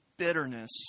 bitterness